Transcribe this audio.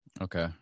Okay